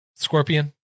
scorpion